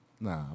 Nah